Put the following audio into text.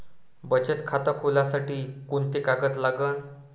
बचत खात खोलासाठी कोंते कागद लागन?